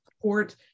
support